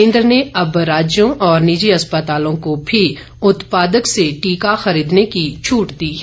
केन्द्र ने अब राज्यों और निजी अस्पतालों को भी उत्पादक से टीका खरीदने की छूट दो है